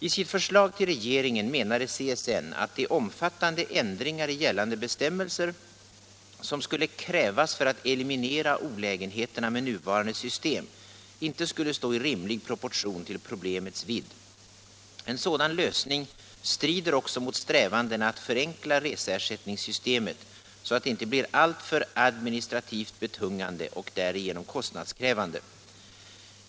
I sitt förslag till regeringen menade CSN att de omfattande ändringar i gällande bestämmelser, som skulle krävas för att eliminera olägenheterna med nuvarande system, inte skulle stå i rimlig proportion till problemets vidd. En sådan lösning strider också mot strävandena att förenkla reseersättningssystemet så att det inte blir alltför administrativt betungande och därigenom kostnadskrävande.